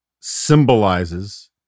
symbolizes